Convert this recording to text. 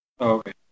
okay